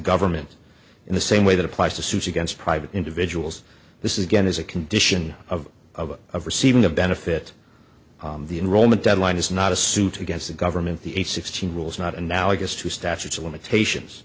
government in the same way that applies to suits against private individuals this is again as a condition of of of receiving of benefit the enrollment deadline is not a suit against the government the eight sixteen rules not analogous to statutes of limitations